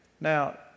Now